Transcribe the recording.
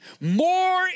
More